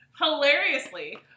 Hilariously